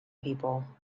people